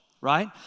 right